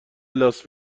لاس